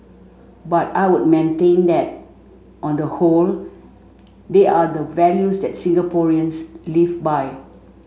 but I would maintain that on the whole they are the values that Singaporeans live by